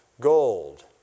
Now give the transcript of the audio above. gold